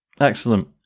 Excellent